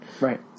Right